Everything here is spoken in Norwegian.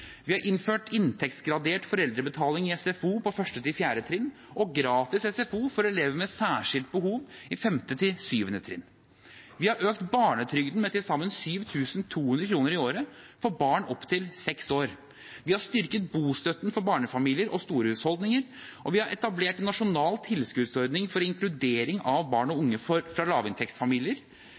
Vi har innført inntektsgradert foreldrebetaling i SFO på 1.–4. trinn og gratis SFO for elever med særskilte behov på 5.–7. trinn. Vi har økt barnetrygden med til sammen 7 200 kr i året for barn opp til 6 år. Vi har styrket bostøtten for barnefamilier og store husholdninger. Vi har etablert en nasjonal tilskuddsordning for inkludering av barn og unge fra lavinntektsfamilier,